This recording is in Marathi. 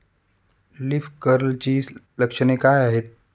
लीफ कर्लची लक्षणे काय आहेत?